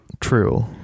True